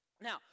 Now